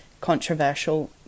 controversial